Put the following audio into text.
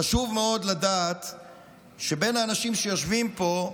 חשוב מאוד לדעת שבין האנשים שיושבים פה,